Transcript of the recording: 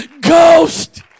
Ghost